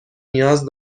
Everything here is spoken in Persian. نیاز